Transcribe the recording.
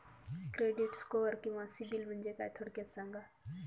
Credit score किंवा सिबिल म्हणजे काय? थोडक्यात सांगा